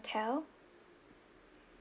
hotel